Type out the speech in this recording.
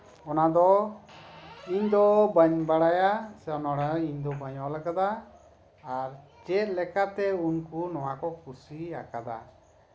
ᱚᱱᱟ ᱫᱚ ᱤᱧ ᱫᱚ ᱵᱟᱹᱧ ᱵᱟᱲᱟᱭᱟ ᱥᱮ ᱤᱧ ᱫᱚ ᱚᱱᱚᱬᱦᱮ ᱫᱚ ᱵᱟᱹᱧ ᱚᱞ ᱠᱟᱫᱟ ᱟᱨ ᱪᱮᱫ ᱞᱮᱠᱟᱛᱮ ᱩᱱᱠᱩ ᱱᱚᱣᱟ ᱠᱚ ᱠᱩᱥᱤᱭᱟᱠᱟᱫᱟ